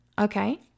okay